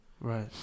Right